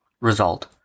Result